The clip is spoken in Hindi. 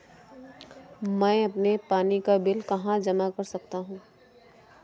मैं अपने पानी का बिल कहाँ जमा कर सकता हूँ?